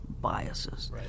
biases